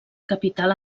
capital